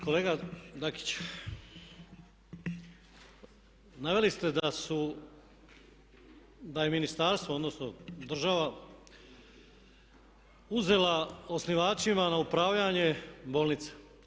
Kolega Đakić, naveli ste da su, da je ministarstvo, odnosno država uzela osnivačima na upravljanje bolnice.